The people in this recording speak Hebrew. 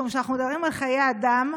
אנחנו מדברים על חיי אדם,